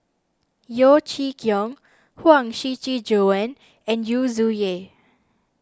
Yeo Chee Kiong Huang Shiqi Joan and Yu Zhuye